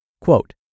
Quote